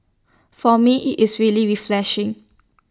for me IT is really refreshing